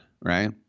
right